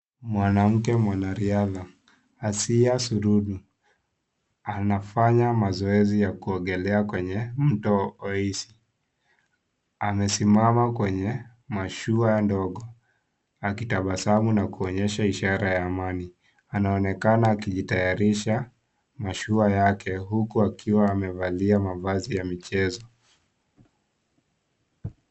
Mwanamke mwanariadha Asiya Suluhu anafanya mazoezi ya kuogelea Kwenye mto. Amesimama kwenye mashua ndogo akitabasamu na kuonyesha ishara ya amani, anaonekana akijitayarisha mashua yake huku akiwa amevalia mavazi ya michezo.